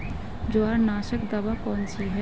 जवारनाशक दवा कौन सी है?